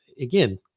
again